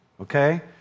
Okay